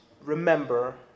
remember